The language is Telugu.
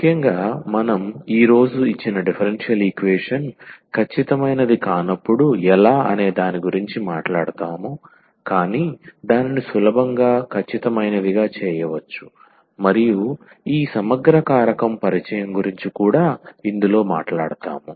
ముఖ్యంగా మనం ఈ రోజు ఇచ్చిన డిఫరెన్షియల్ ఈక్వేషన్ ఖచ్చితమైనది కానప్పుడు ఎలా అనే దాని గురించి మాట్లాడుతాము కానీ దానిని సులభంగా ఖచ్చితమైనదిగా చేయవచ్చు మరియు ఈ సమగ్ర కారకం పరిచయం గురించి కూడా ఇందులో మాట్లాడుతాము